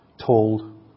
told